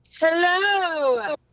Hello